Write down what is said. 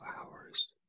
hours